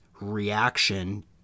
reaction